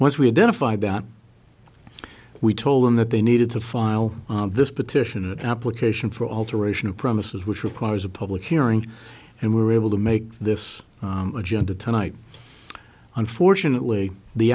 that we told them that they needed to file this petition an application for alteration of premises which requires a public hearing and we were able to make this agenda tonight unfortunately the